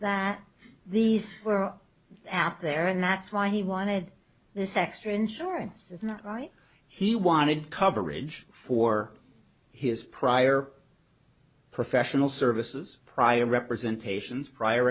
that these were apt there and that's why he wanted this extra insurance is not right he wanted coverage for his prior professional services prior representations prior